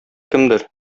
кемдер